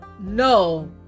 no